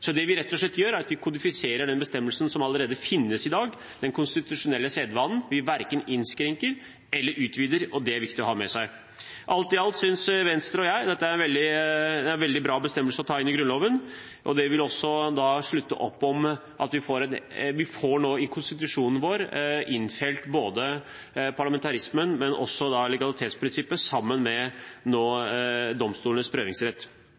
Det vi rett og slett gjør, er at vi kodifiserer den bestemmelsen som allerede finnes i dag, den konstitusjonelle sedvanen. Vi verken innskrenker eller utvider, og det er viktig å ha med seg. Alt i alt synes Venstre og jeg dette er en veldig bra bestemmelse å ta inn i Grunnloven, og det vil også slutte opp om at vi får innfelt i konstitusjonen vår både parlamentarismen og legalitetsprinsippet, nå sammen med domstolenes prøvingsrett.